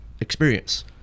Experience